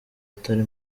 atari